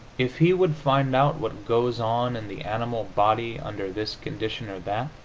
if he would find out what goes on in the animal body under this condition or that,